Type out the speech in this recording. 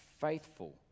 faithful